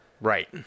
Right